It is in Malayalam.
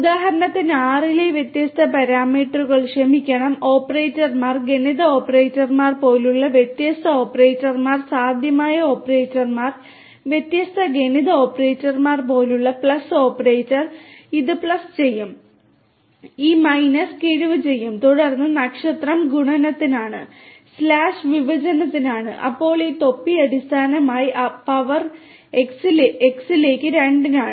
ഉദാഹരണത്തിന് R ലെ വ്യത്യസ്ത പാരാമീറ്ററുകൾ ക്ഷമിക്കണം ഓപ്പറേറ്റർമാർ ഗണിത ഓപ്പറേറ്റർമാർ പോലുള്ള വ്യത്യസ്ത ഓപ്പറേറ്റർമാർ സാധ്യമായ ഓപ്പറേറ്റർമാർ വ്യത്യസ്ത ഗണിത ഓപ്പറേറ്റർമാർ പോലുള്ള പ്ലസ് ഓപ്പറേറ്റർ ഇത് പ്ലസ് ചെയ്യും ഈ മൈനസ് കിഴിവ് ചെയ്യും തുടർന്ന് നക്ഷത്രം ഗുണനത്തിനാണ് സ്ലാഷ് വിഭജനത്തിനാണ് അപ്പോൾ ഈ തൊപ്പി അടിസ്ഥാനപരമായി പവർ x ലേക്ക് രണ്ടിനാണ്